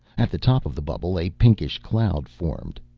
at the top of the bubble, a pinkish cloud formed.